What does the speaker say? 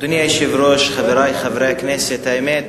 אדוני היושב-ראש, חברי חברי הכנסת, האמת